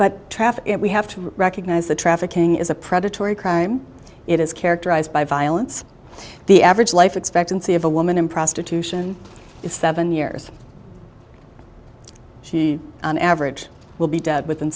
traffic we have to recognize the trafficking is a predatory crime it is characterized by violence the average life expectancy of a woman in prostitution is seven years she on average will be dead within